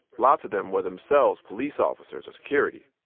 lots of them were themselves police officers or security.